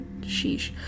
Sheesh